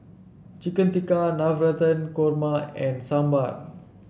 Chicken Tikka Navratan Korma and Sambar